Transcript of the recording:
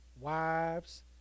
wives